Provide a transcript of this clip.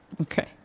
Okay